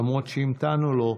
למרות שהמתנו לו,